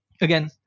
Again